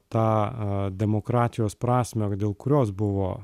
tą demokratijos prasmę dėl kurios buvo